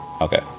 Okay